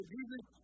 Jesus